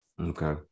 Okay